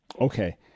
Okay